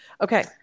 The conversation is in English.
okay